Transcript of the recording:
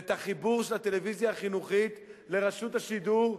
ואת החיבור של הטלוויזיה החינוכית לרשות השידור,